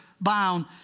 bound